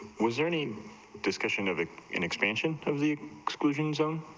was earning discussion of it in expansion of the exclusion zone,